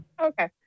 Okay